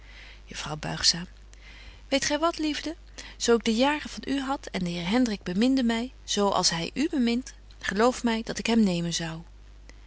juffrouw buigzaam weet gy wat liefde zo ik de jaren van u had en de heer hendrik beminde my zo als hy u bemint geloof my dat ik hem nemen zou